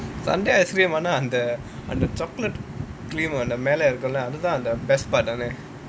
sundae ice cream ஆனா அந்த:aanaa antha chocolate cream மேல இருக்குள்ள அதுதான்:maela irukulla athuthaan the best part down there